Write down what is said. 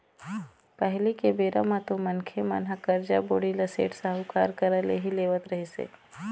पहिली के बेरा म तो मनखे मन ह करजा, बोड़ी ल सेठ, साहूकार करा ले ही लेवत रिहिस हे